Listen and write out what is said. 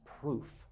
proof